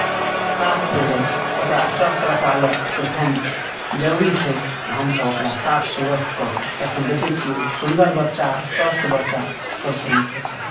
साफ केनाइ ओकरा स्वस्थ्य रखबा लेल प्रथम जरूरी छै हमसभ ओकरा साफ स्वस्थ्य कऽ कऽ तखन देखैत छियै सुन्दर बच्चा स्वस्थ्य बच्चा सभसँ नीक बच्चा